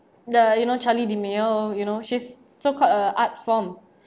the you know charli d'amelio you know she's so-called a art form